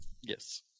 Yes